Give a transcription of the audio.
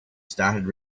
started